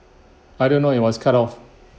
I don't know it was cut off